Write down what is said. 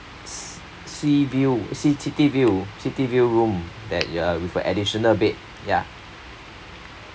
sea view ci~ city view city view room that you're with a additional bed ya